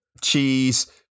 Cheese